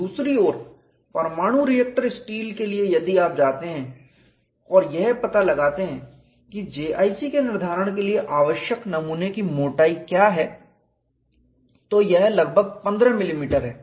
दूसरी ओर परमाणु रिएक्टर स्टील के लिए यदि आप जाते हैं और यह पता लगाते हैं कि JIC के निर्धारण के लिए आवश्यक नमूने की मोटाई क्या है तो यह लगभग 15 मिलीमीटर है